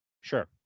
Sure